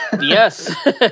Yes